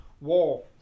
war